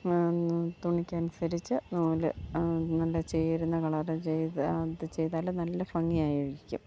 തുണിക്കനുസരിച്ച് നൂല് നല്ല ചേരുന്ന കളർ ചെയ്ത് അതു ചെയ്താൽ നല്ല ഭംഗിയായിരിക്കും